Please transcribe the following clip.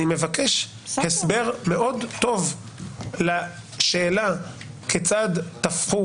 אני מבקש הסבר מאוד טוב לשאלה כיצד תפחו